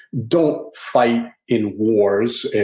don't fight in wars,